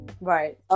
right